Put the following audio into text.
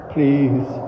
Please